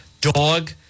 dog